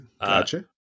Gotcha